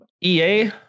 EA